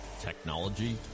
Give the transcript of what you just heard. technology